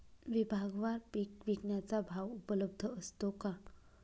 विभागवार पीक विकण्याचा भाव उपलब्ध असतो का?